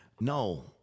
No